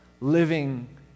living